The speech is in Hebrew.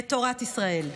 את תורת ישראל.